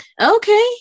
Okay